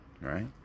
Right